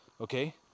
Okay